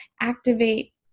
activate